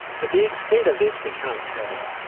but the extent of this, we can't tell.